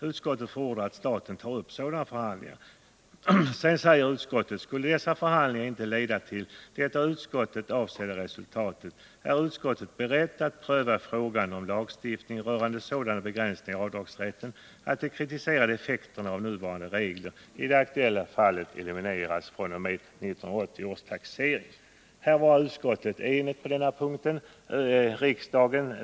Utskottet förordar att staten tar upp sådana förhandlingar.” Sedan säger utskottet: ”Skulle dessa förhandlingar inte leda till det av utskottet avsedda resultatet, är utskottet berett att pröva frågan om lagstiftning rörande sådana begränsningar i avdragsrätten, att de kritiserade effekterna av nuvarande regler i det aktuella fallet elimineras fr.o.m. 1980 års taxering.” På den punkten var skatteutskottet enigt.